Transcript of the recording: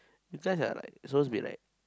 you guys are like supposed to be like